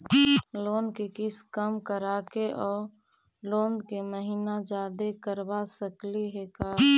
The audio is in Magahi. लोन के किस्त कम कराके औ लोन के महिना जादे करबा सकली हे का?